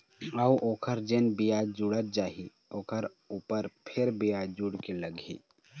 अऊ ओखर जेन बियाज जुड़त जाही ओखर ऊपर फेर बियाज जुड़ के लगही